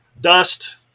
Dust